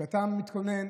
כשאתה מתכנן,